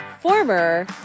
former